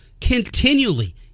continually